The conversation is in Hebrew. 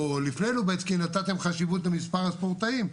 או לפני לובצקי נתתם חשיבות למספר הספורטאים.